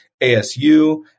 ASU